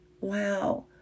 Wow